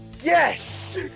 Yes